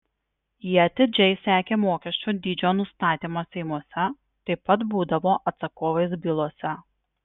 jie atidžiai sekė mokesčių dydžio nustatymą seimuose taip pat būdavo atsakovais bylose